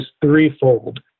threefold